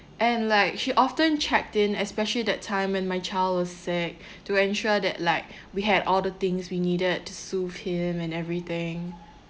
and like she often checked in especially that time when my child was sick to ensure that like we had all the things we needed to soothe him and everything